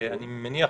אני מניח